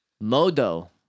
Modo